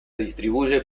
distribuye